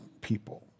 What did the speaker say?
people